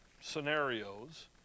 scenarios